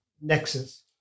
Nexus